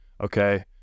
okay